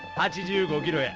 hundred years, but you know in